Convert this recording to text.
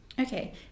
Okay